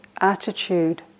attitude